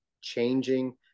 changing